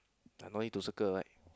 no need to circle one